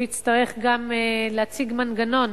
הוא יצטרך גם להציג מנגנון